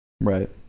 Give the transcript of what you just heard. Right